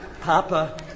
Papa